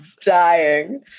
dying